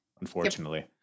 unfortunately